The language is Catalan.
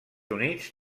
units